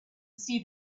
see